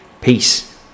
Peace